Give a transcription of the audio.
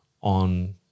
on